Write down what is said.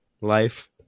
life